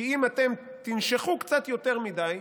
כי אם אתם תנשכו קצת יותר מדי,